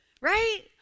Right